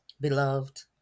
beloved